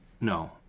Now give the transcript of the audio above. No